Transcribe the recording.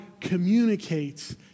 communicates